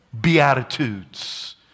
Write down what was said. Beatitudes